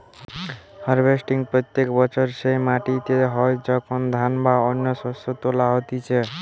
harvesting প্রত্যেক বছর সেই সময়টিতে হয় যখন ধান বা অন্য শস্য তোলা হতিছে